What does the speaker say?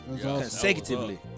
consecutively